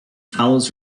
follows